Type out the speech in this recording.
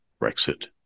Brexit